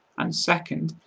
and second,